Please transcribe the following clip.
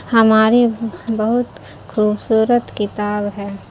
ہماری بہت خوبصورت کتاب ہے